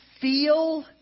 feel